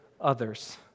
others